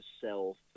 sell